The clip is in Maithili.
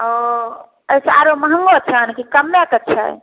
ओ एहि सऽ आउरो मॅंहगो छनि कि कम्मे के छनि